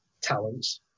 talents